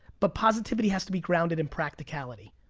but positivity has to be grounded in practicality.